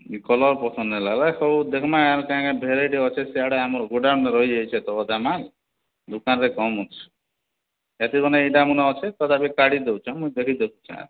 ଯେ କଲର୍ ପସନ୍ଦ୍ ନାଇଁ ଲାଗ୍ବା ଏସବୁ ଦେଖ୍ମା ଆର୍ କାଁ କାଁ ଭେରାଇଟି ଅଛି ସିଆଡ଼େ ଆମର୍ ଗୋଦାମ୍ରେ ରହିଯାଇଛେ ତ ଅଧା ମାଲ୍ ଦୁକାନ୍ରେ କମ୍ ଅଛି ଏଇଟା ମାନେ ଅଛି ତଥାପି କାଢ଼ି ଦେଉଛେଁ ମୁଇଁ ଦେଖି ଦେଉଛେଁ